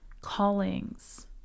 callings